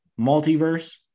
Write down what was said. multiverse